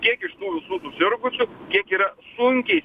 kiek iš tų visų susirgusių kiek yra sunkiai